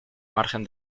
margen